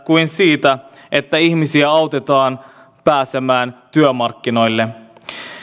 eikä siitä että ihmisiä autetaan pääsemään työmarkkinoille